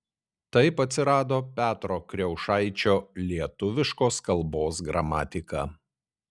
taip atsirado petro kriaušaičio lietuviškos kalbos gramatika